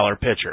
pitcher